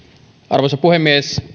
arvoisa puhemies